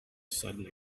sudden